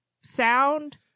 sound